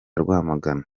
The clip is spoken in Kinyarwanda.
rwamagana